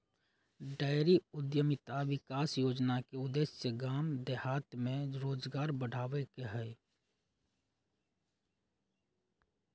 dairy उद्यमिता विकास योजना के उद्देश्य गाम देहात में रोजगार बढ़ाबे के हइ